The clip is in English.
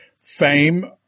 fame